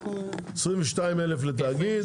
22,000 שקלים לתאגיד,